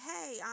hey